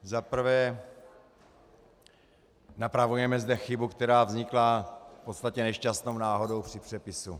Za prvé, napravujeme zde chybu, která vznikla v podstatě nešťastnou náhodou při přepisu.